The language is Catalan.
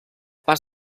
pas